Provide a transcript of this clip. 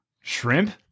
Shrimp